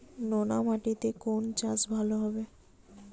নোনা মাটিতে কোন চাষ ভালো হবে?